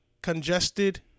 Congested